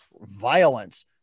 violence